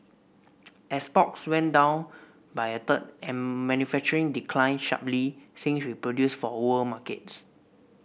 exports went down by a third and manufacturing declined sharply since we produced for world markets